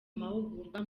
mahugurwa